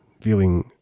feeling